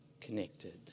connected